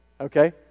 Okay